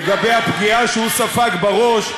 לגבי הפגיעה שהוא ספג בראש,